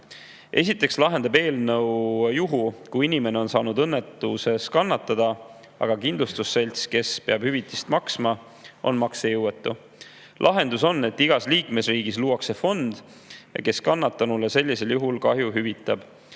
Esiteks pakub eelnõu lahendust juhuks, kui inimene on saanud õnnetuses kannatada, aga kindlustusselts, kes peab hüvitist maksma, on maksejõuetu. Lahendus on see, et igas liikmesriigis luuakse fond, kes kannatanule sellisel juhul kahju hüvitab.